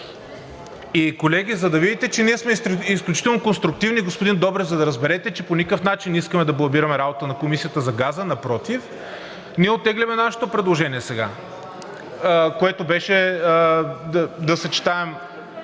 Колеги, за да видите, че ние сме изключително конструктивни, господин Добрев, за да разберете, че по никакъв начин не искаме да бламираме работата на Комисията за газа, а напротив, ние оттегляме нашето предложение сега, което беше да съчетаем